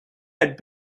had